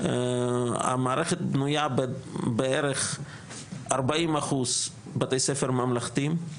המערכת בנוייה בערך ארבעים אחוז בתי ספר ממלכתיים,